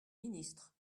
ministre